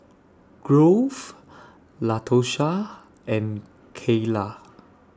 Grove Latosha and Keila